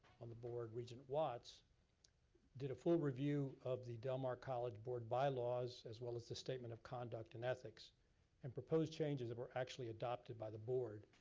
on the board regent watts did a full review of the del mar college board bylaws as well as the statement of conduct and ethics and proposed changes that were actually adopted by the board.